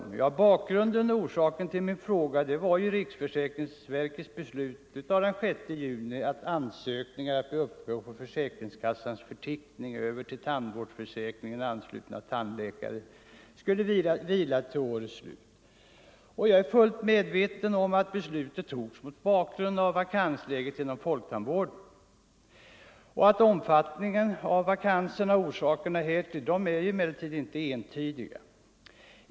Om upphävande av Bakgrunden och orsaken till min interpellation var riksförsäkringsver = etableringsstoppet kets beslut den 6 juni att ansökningar om att bli uppförd på försäkrings — för tandläkare, kassans förteckning över till tandvårdsförsäkringen anslutna tandläkare = m.m. skulle vila till årets slut. Jag är fullt medveten om att beslutet togs mot bakgrund av vakansläget inom folktandvården. Omfattningen av vakanserna och orsakerna härtill är emellertid inte entydiga.